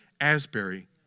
Asbury